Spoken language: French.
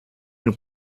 une